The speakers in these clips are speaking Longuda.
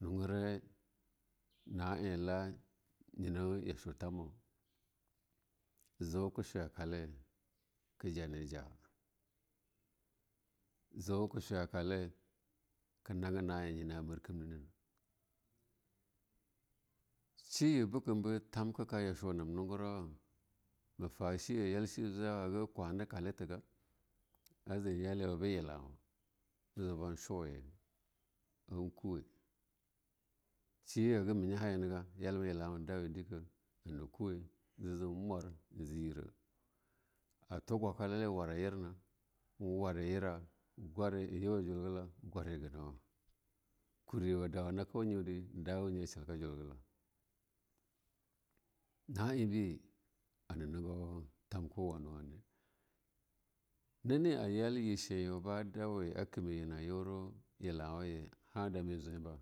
Lungurai na eh a Lah niye na yashu tamaw jo ka shwa yakale ke janija'a. Zo ka shu yakale ka nangan nah eh amir kimnenane she ye bekem ba tamkake yashuwa na hugurawa ma ta sheye a yal she jwawa hakan kwade kale tage a je yala be yilawa jo ban shuwe ban kuwe sheye hagan menya ha yana ga a yalama yilawa dawe deka hana kuwe a dawe deka hana kowe je jir mwar hana kowe in ji yira a twa gwa kala ye a wara yirnya in ware yira myuwe Jugela in gware genawa. Kurewa a dawa haku myeri in dawo nye a shelka julgela. Na ebi hana nego tamka wane wane nani a yar yir she ya ba dawe a kime yena nane yore yilawaye hada me jwenba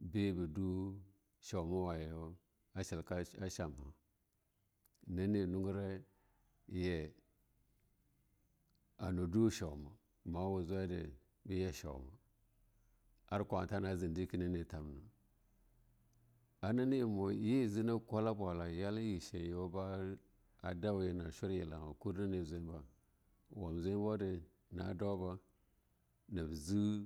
ba ba du. Shauma wayewa a Shel ka shumha mane nane lugura ke hanadu shuma. Ma wo zwayare ba shuma, ar kwale najin deke na ne tamna a nane ye a jina kwala bwala a yar yir a Sheye a ba dawe yina a chur yelelawa kur hane jwanba a wab jwenbuwa de na dauba nab nab je.